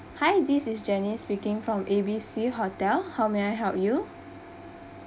hi this is jenny speaking from A B C hotel how may I help you